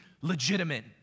legitimate